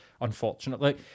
Unfortunately